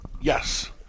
Yes